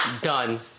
Done